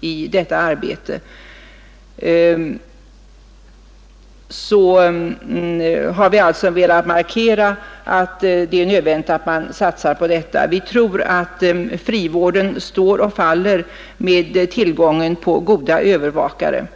Vi har velat markera att det är nödvändigt att satsa på detta. Vi tror att frivården står och faller med tillgången på goda övervakare.